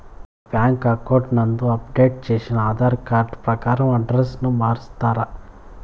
నా bank account నందు update చేసిన ఆధార్ కార్డు ప్రకారం అడ్రస్ ను మార్చిస్తారా?